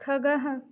खगः